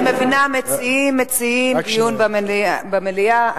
אני מבינה שהמציעים מציעים דיון במליאה,